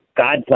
God